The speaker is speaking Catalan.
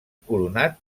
coronat